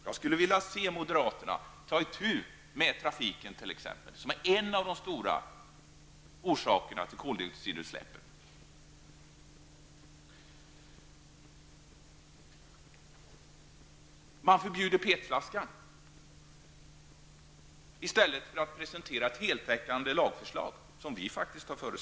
Jag skulle vilja se moderaterna ta itu med t.ex. trafiken, som är en av de stora orsakerna till koldioxidutsläppen. Man förbjuder PET-flaskan i stället för att presentera ett heltäckande lagförslag. Det har vi faktiskt gjort.